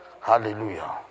Hallelujah